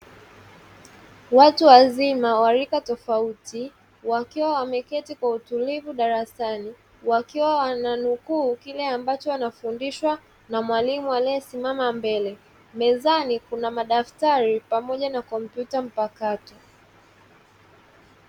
Watu wazima wa rika tofauti wakiwa wameketi kwa utulivu darasani wakiwa wananukuu kile ambacho wanafundishwa na mwalimu aliyesimama mbele, mezani kuna madaftari pamoja na kompyuta mpakato.